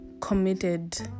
committed